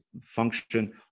function